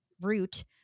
route